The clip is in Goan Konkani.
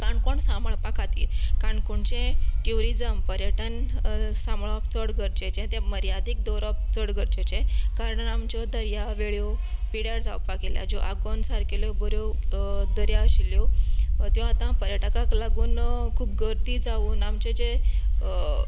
काणकोण सांभाळपा खातीर काणकोणचें ट्युरिजम पर्यटन साबांळप चड गरजेचे ते मर्यादाक दवरप चड गरजेचे कारण आमच्यो दर्यावेळो पिड्यार जावपाक येयल्या ज्यो आगोंद सारकेल्यो बऱ्यो दर्या आशिल्यो त्यो आता पर्यटकाक लागून खुब गर्दी जावन आमचे जें